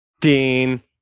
Dean